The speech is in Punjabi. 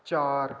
ਚਾਰ